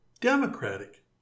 democratic